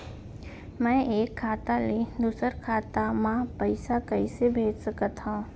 मैं एक खाता ले दूसर खाता मा पइसा कइसे भेज सकत हओं?